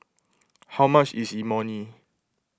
how much is Imoni